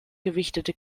gewichtete